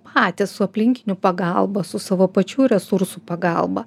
patys su aplinkinių pagalba su savo pačių resursų pagalba